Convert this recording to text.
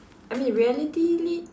I mean realitily